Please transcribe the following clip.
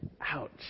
Ouch